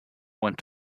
want